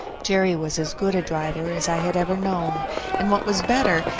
jerry was as good a driver as i had ever known, and what was better,